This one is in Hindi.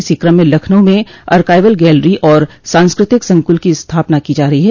इसी क्रम में लखनऊ में आर्काईवल गैलरी और सांस्कृतिक संकुल की स्थापना की जा रही है